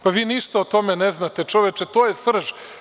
Pa, vi ništa o tome ne znate, čoveče to je srž.